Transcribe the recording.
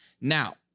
Now